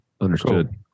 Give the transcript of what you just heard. Understood